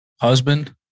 husband